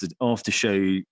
after-show